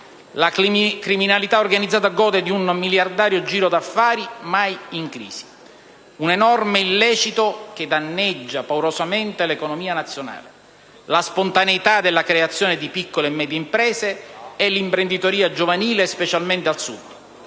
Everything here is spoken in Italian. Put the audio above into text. La criminalità organizzata gode di un miliardario giro di affari mai in crisi. Un enorme illecito, che danneggia paurosamente l'economia nazionale, la spontaneità della creazione di piccole e medie imprese e l'imprenditoria giovanile, specialmente al Sud.